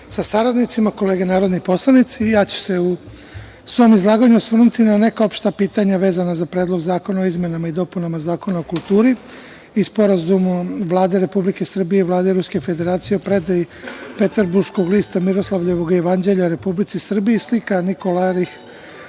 sa saradnicima, kolege narodni poslanici, i ja ću se u svom izlaganju osvrnuti na neka opšta pitanja vezano za Predlog zakona o izmenama i dopunama Zakona o kulturi i Sporazumu Vlade Republike Srbije i Vlade Ruske Federacije o predaji Peterburškog lista Miroslavljevog jevanđelja Republici Srbiji, slika Nikolajevih